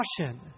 caution